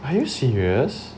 are you serious